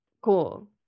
cool